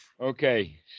Okay